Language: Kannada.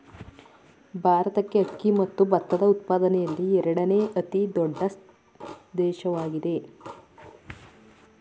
ಭಾರತಕ್ಕೆ ಅಕ್ಕಿ ಮತ್ತು ಭತ್ತದ ಉತ್ಪಾದನೆಯಲ್ಲಿ ಎರಡನೇ ಅತಿ ದೊಡ್ಡ ದೇಶವಾಗಿದೆ